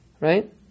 right